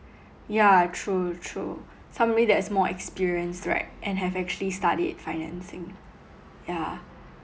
yeah true true somebody that's more experienced right and have actually studied in financing yeah